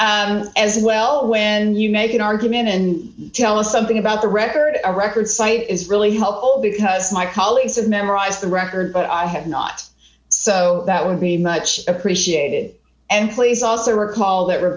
session as well when you make an argument and tell us something about the record a record site is really helpful because my colleagues have memorized the record but i have not so that would be much appreciated and please also recall that